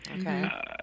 Okay